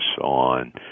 on